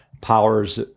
powers